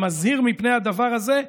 מזהיר מפני הדבר הזה,